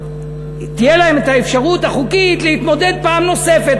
תהיה להם האפשרות החוקית להתמודד פעם נוספת,